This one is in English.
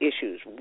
issues